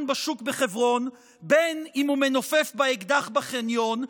בשוק בחברון ובין שהוא מנופף באקדח בחניון,